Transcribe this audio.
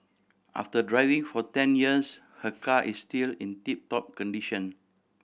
after driving for ten years her car is still in tip top condition